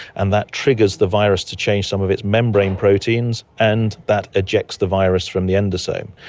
and that triggers the virus to change some of its membrane proteins, and that ejects the virus from the endosome.